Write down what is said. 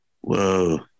Whoa